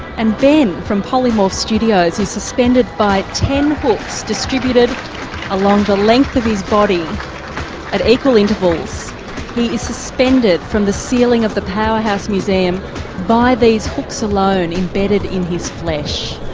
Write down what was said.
and ben from polymorph studios, is suspended by ten hooks distributed along the length of his body at equal intervals, he is suspended from the ceiling of the powerhouse museum by these hooks alone embedded in his flesh.